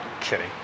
kidding